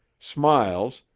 smiles,